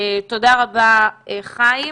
תודה רבה, חיים.